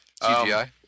CGI